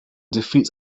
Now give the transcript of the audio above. defeats